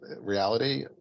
reality